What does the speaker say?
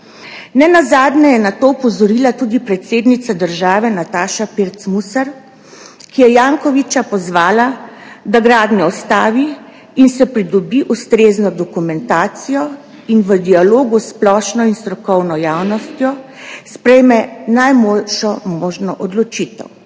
Nenazadnje je na to opozorila tudi predsednica države, Nataša Pirc Musar, ki je Jankovića pozvala, da gradnjo ustavi in pridobi ustrezno dokumentacijo in v dialogu s splošno in strokovno javnostjo sprejme najboljšo možno odločitev.